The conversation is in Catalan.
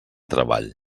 treball